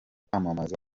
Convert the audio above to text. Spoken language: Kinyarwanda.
kwamamaza